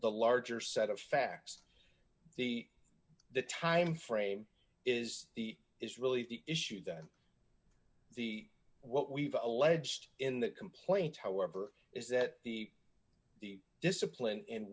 the larger set of facts the the time frame is the is really the issue that the what we've got a ledge in the complaint however is that the the discipline in